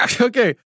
Okay